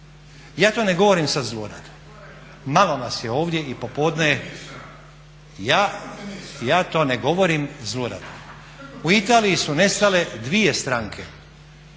Ja to ne govorim sad zlurado. Malo vas je ovdje i popodne je, ja to ne govorim zlurado. U Italiji su nestale dvije stranke